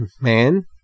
man